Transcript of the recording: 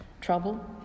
trouble